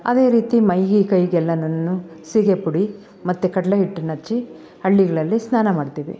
ಅದೇ ರೀತಿ ಮೈಗೆ ಕೈಗೆಲ್ಲನು ಸೀಗೆಪುಡಿ ಮತ್ತು ಕಡಲೆ ಹಿಟ್ಟನ್ನು ಹಚ್ಚಿ ಹಳ್ಳಿಗಳಲ್ಲಿ ಸ್ನಾನ ಮಾಡ್ತಿವಿ